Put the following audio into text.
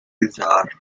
bizarre